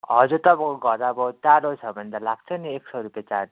हजुर तपाईँको घर अब टाढो छ भने त लाग्छ नि एक सौ रुपियाँ चार्ज